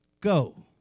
go